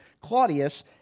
Claudius